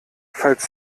falls